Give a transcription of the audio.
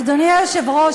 אדוני היושב-ראש,